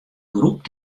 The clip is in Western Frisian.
groep